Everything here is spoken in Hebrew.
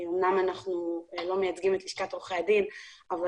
אמנם אנחנו לא מייצגים את לשכת עורכי הדין אבל